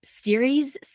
Series